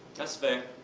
that's fair.